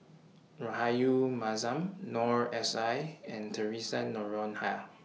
Rahayu Mahzam Noor S I and Theresa Noronha